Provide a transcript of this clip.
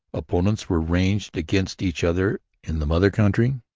opponents were ranged against each other in the mother country,